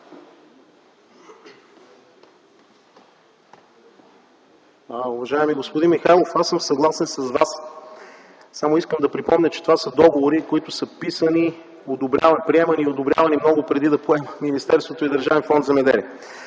Уважаеми господин Михайлов, аз съм съгласен с Вас, само искам да припомня, че това са договори, които са писани, приемани и одобрявани много преди да поема министерството и Държавен фонд „Земеделие”.